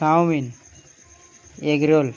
chowmein egg roll